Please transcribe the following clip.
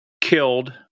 killed